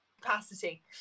capacity